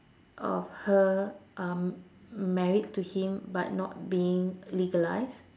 of her um married to him but not being legalised